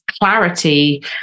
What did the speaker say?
clarity